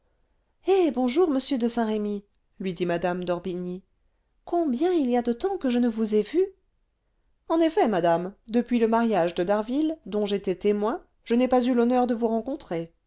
eh bonjour monsieur de saint-remy lui dit mme d'orbigny combien il y a de temps que je ne vous ai vu en effet madame depuis le mariage de d'harville dont j'étais témoin je n'ai pas eu l'honneur de vous rencontrer